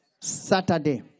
Saturday